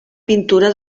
pintura